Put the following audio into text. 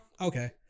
Okay